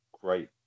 great